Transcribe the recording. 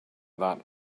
that